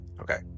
Okay